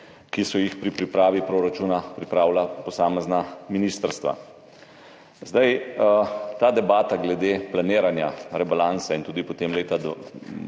ki so jih pri pripravi proračuna pripravila posamezna ministrstva. Debata glede planiranja rebalansa in tudi potem